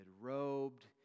robed